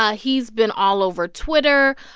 ah he's been all over twitter.